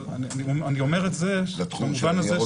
אבל אני אומר את זה במובן הזה -- לתחום של ניירות ערך?